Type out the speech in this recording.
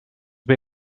bij